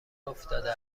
افتاده